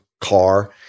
car